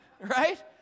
Right